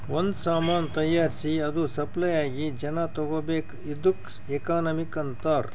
ಒಂದ್ ಸಾಮಾನ್ ತೈಯಾರ್ಸಿ ಅದು ಸಪ್ಲೈ ಆಗಿ ಜನಾ ತಗೋಬೇಕ್ ಇದ್ದುಕ್ ಎಕನಾಮಿ ಅಂತಾರ್